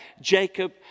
Jacob